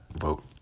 vote